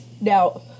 Now